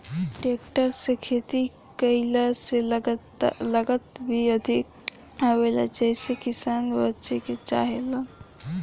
tractor से खेती कईला से लागत भी अधिक आवेला जेइसे किसान बचे के चाहेलन